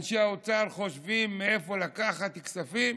אנשי האוצר חושבים מאיפה לקחת כספים,